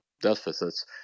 deficits